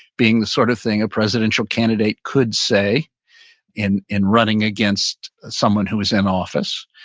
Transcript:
being the sort of thing a presidential candidate could say in in running against someone who is in office,